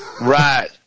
Right